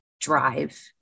drive